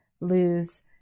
lose